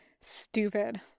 Stupid